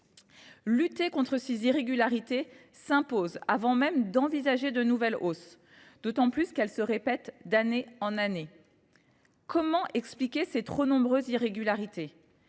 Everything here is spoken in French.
Lutter contre ces irrégularités s’impose avant même d’envisager de nouvelles hausses, d’autant qu’elles se répètent d’année en année. Comment expliquer ces trop nombreuses irrégularités ?